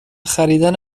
خریدن